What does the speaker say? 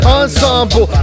ensemble